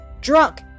Drunk